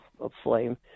aflame